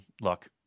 look